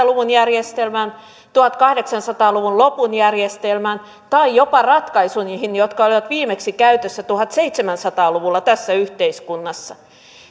luvun järjestelmään tuhatkahdeksansataa luvun lopun järjestelmään tai jopa ratkaisuihin jotka olivat viimeksi käytössä tuhatseitsemänsataa luvulla tässä yhteiskunnassa